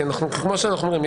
כמו שאמרנו אומרים,